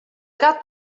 got